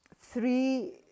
Three